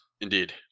indeed